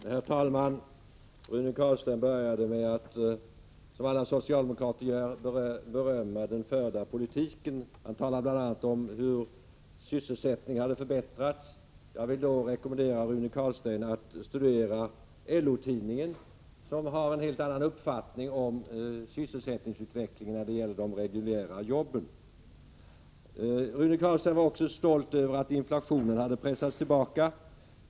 Herr talman! Rune Carlstein började med att, som alla socialdemokrater gör, berömma den förda politiken. Han talade bl.a. om hur sysselsättningen hade förbättrats. Jag rekommenderar Rune Carlstein att studera LO tidningen, som har en helt annan uppfattning om sysselsättningsutvecklingen när det gäller de reguljära jobben. Rune Carlstein var också stolt över att inflationen hade pressats tillbaka.